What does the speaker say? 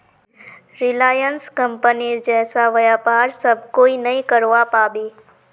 Reliance कंपनीर जैसा व्यापार सब कोई नइ करवा पाबे